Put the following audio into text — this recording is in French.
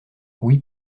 oui